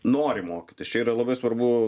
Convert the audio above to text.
nori mokytis čia yra labai svarbu